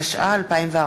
התשע"ה 2014,